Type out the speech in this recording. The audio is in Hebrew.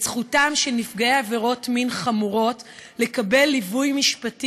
את זכותם של נפגעי עבירות מין חמורות לקבל ליווי משפטי